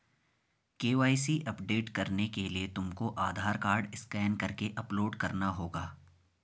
KYC update करने के लिए तुमको आधार कार्ड स्कैन करके अपलोड करना होगा